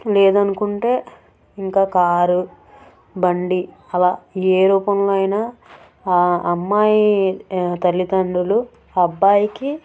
లేదనుకుంటే ఇంకా కారు బండి అలా ఏ రూపంలో అయినా అమ్మాయి తల్లిదండ్రులు అబ్బాయికి